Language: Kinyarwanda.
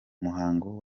muhango